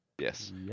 Yes